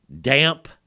damp